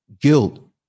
guilt